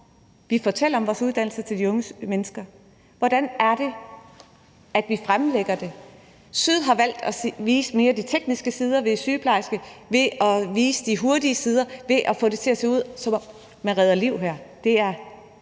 vi fortæller om vores uddannelser til de unge mennesker. Hvordan er det, vi fremlægger det. SYD har valgt at vise de mere tekniske sider af sygeplejerskeuddannelsen, ved at vise de hurtige sider, ved at få det til at se ud, som om man redder liv her.